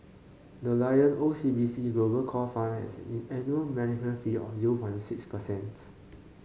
the Lion O C B C Global Core Fund has an annual management fee of zero point six per cents